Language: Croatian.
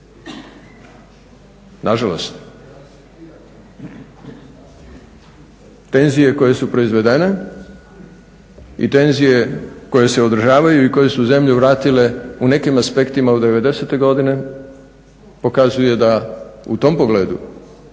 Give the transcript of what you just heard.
Nažalost tenzije koje su proizvedene i tenzije koje se održavaju i koje su zemlju vratile u nekim aspketima u '90.-te godine pokazuje da u tom pogledu